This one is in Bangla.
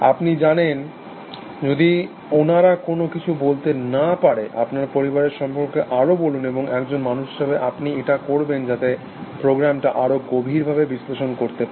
আপনি জানেন যদি ওনারা কোনো কিছু বলতে না পারে আপনার পরিবারের সম্পর্কে আরো বলুন এবং একজন মানুষ হিসাবে আপনি এটা করবেন যাতে প্রোগ্রামটা আরো গভীরভাবে বিশ্লেষণ করত পারে